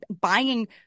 buying